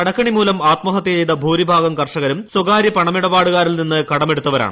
കടക്കെണി മൂലം ആത്മഹൃത്യ ്ചെയ്ത ഭൂരിഭാഗം കർഷകരും സ്ഥകാര്യ പണമിടപാട്ടുകാരിൽ നിന്ന് കടമെടുത്തവരാണ്